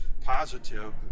positive